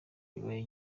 bibaye